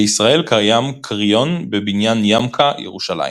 בישראל קיים קריון בבניין ימק"א ירושלים.